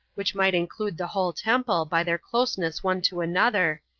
which might include the whole temple, by their closeness one to another,